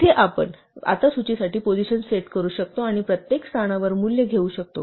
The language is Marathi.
येथे आपण आता सूचीसाठी पोझिशन्स सेट करू शकतो आणि प्रत्येक स्थानावर मूल्य घेऊ शकतो